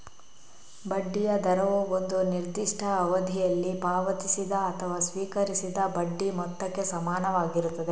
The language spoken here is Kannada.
ಬಡ್ಡಿಯ ದರವು ಒಂದು ನಿರ್ದಿಷ್ಟ ಅವಧಿಯಲ್ಲಿ ಪಾವತಿಸಿದ ಅಥವಾ ಸ್ವೀಕರಿಸಿದ ಬಡ್ಡಿ ಮೊತ್ತಕ್ಕೆ ಸಮಾನವಾಗಿರುತ್ತದೆ